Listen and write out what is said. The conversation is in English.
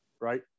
right